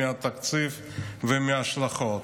מהתקציב ומההשלכות.